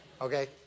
Okay